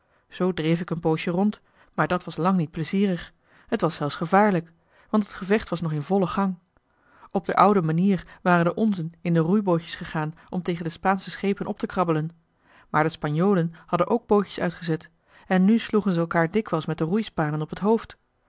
zoo dreef ik een poosje rond maar dat was lang niet plezierig t was zelfs gevaarlijk want het gevecht was nog in vollen gang op d'r oude manier waren de onzen in de roeibootjes gegaan om tegen de spaansche schepen op te krabbelen maar de spanjoh h been paddeltje de scheepsjongen van michiel de ruijter jolen hadden ook bootjes uitgezet en nu sloegen ze elkaar dikwijls met de roeispanen op het hoofd